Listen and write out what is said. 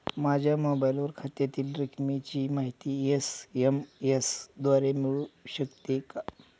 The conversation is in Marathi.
माझ्या मोबाईलवर खात्यातील रकमेची माहिती एस.एम.एस द्वारे मिळू शकते का?